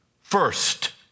first